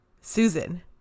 Susan